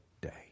day